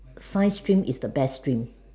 science stream is the best stream